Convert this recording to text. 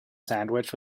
sandwich